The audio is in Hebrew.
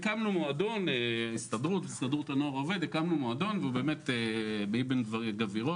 הסתדרות הנוער העובד הקימה מועדון באבן גבירול,